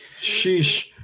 Sheesh